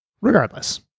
Regardless